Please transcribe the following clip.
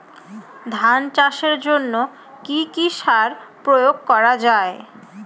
ধান চাষের জন্য কি কি সার প্রয়োগ করা য়ায়?